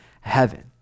heaven